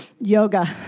Yoga